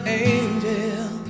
angel